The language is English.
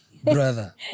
Brother